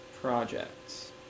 projects